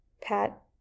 Pat